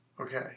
Okay